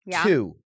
two